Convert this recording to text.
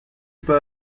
pas